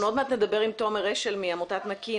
עוד מעט נדבר עם תומר אשל מעמותת נקי.